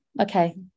okay